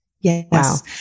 Yes